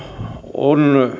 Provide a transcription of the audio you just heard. on